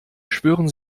schwören